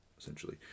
essentially